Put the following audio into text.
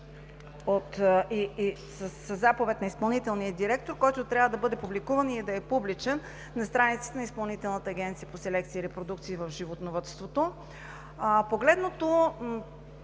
със заповед на изпълнителния директор трябва да бъде публикуван и да е публичен на страницата на Изпълнителната агенция по селекция и репродукция в животновъдството. От